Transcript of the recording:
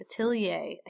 Atelier